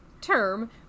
term